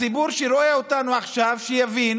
הציבור שרואה אותנו עכשיו, שיבין